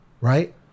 right